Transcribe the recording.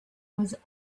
was